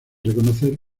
reconocer